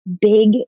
big